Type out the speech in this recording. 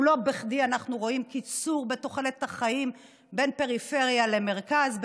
ולא בכדי אנחנו רואים קיצור בתוחלת החיים בפריפריה לעומת המרכז,